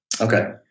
Okay